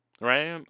right